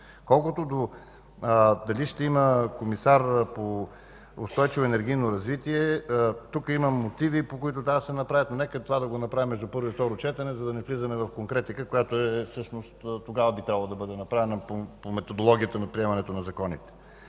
Колкото до това дали ще има комисар по устойчиво енергийно развитие, тук има мотиви, по които трябва да се направи. Но нека това да го направим между първо и второ четене, за да не навлизаме в конкретика, която тогава би трябвало да бъде направена – по методологията по приемането на законите.